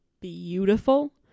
beautiful